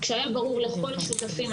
כשהיה ברור לכל השותפים,